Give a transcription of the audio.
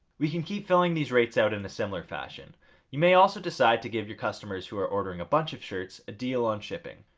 we can keep filling these rates out in a similar fashion you may also decide to give your customers who are ordering a bunch of shirts a deal on shipping.